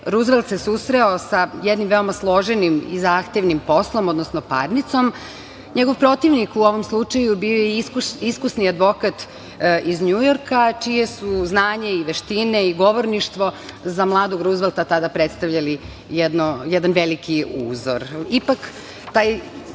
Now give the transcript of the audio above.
Ruzvelt se susreo sa jednim veoma složenim i zahtevnim poslom, odnosno parnicom. Njegov protivnik u ovom slučaju je bio iskusni advokat iz Njujorka, čija su znanja i veštine i govorništvo za mladog Ruzvelta tada predstavljali jedan veliki uzor.